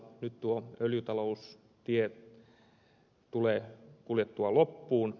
nyt tuo öljytaloustie tulee kuljettua loppuun